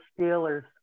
Steelers